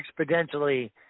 exponentially